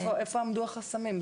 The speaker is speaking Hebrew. איפה עמדו החסמים?